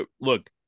look